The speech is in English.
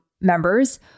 members